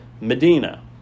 Medina